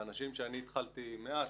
אלה אנשים שאני התחלתי מעט,